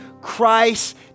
Christ